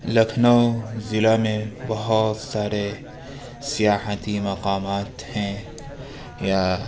لکھنؤ ضلع میں بہت سارے سیاحتی مقامات ہیں یا